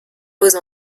pose